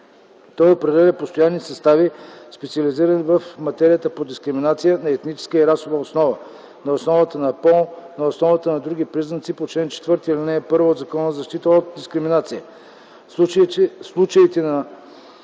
Той определя постоянни състави, специализирани в материята по дискриминация - на етническа и расова основа; на основата на пол и на основата на други признаци по чл. 4, ал. 1 от Закона за защита от дискриминация.